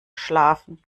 schlafen